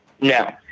no